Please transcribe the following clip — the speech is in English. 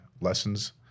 lessons